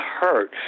hurt